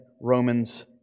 Romans